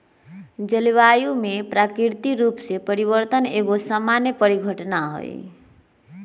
जलवायु में प्राकृतिक रूप से परिवर्तन एगो सामान्य परिघटना हइ